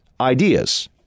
ideas